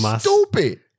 stupid